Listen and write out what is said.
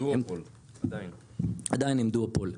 עדיין הם דואופול.